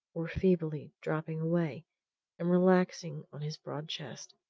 were feebly dropping away and relaxing on his broad chest.